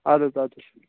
آدٕ حظ آدٕ حظ